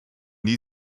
die